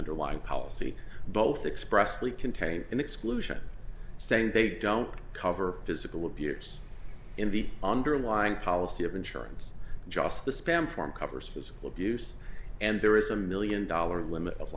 underlying policy both express the contain and exclusion saying they don't cover physical abuse in the underlying policy of insurance just the spam form covers physical abuse and there is a million dollar limit of